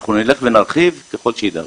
אנחנו נרחיב, ככל שיידרש.